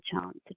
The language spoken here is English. chance